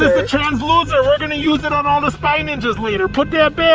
a transloser, we're gonna use it on all the spy ninjas later. put that back!